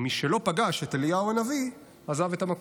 ומשלא פגש את אליהו הנביא, עזב את המקום.